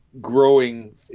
growing